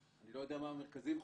אני לא יודע מה המרכזים חווים,